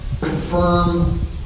confirm